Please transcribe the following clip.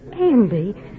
Andy